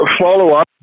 follow-up